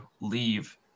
leave